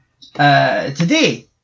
today